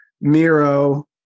Miro